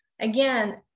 again